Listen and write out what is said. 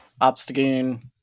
Obstagoon